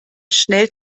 schnell